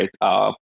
right